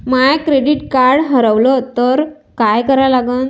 माय credit card हारवलं तर काय करा लागन?